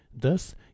Thus